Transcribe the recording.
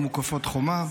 ומוקפות חומה,